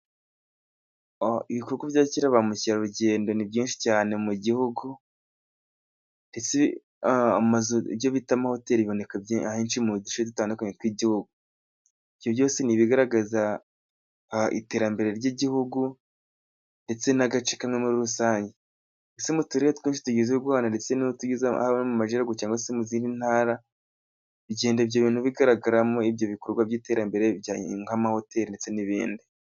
Ibikorwa byakira ba mukerarugendo ni byinshi cyane mu gihugu, ndetse ibyo bita amahoteli biboneka ahenshi mu duce dutandukanye tw'igihugu ibyo byose ni ibigaragaza iterambere ry'igihugu ndetse n'agace kamwe muri rusange, ndetse mu turere twose tugize u Rwanda ndetse n'utugize Intara y'Amajyaruguru cyangwa se mu zindi ntara bigenda ibyo ibintu bigaragaramo ibyo bikorwa by'iterambere bi nk'amahoteli ndetse n'ibindi.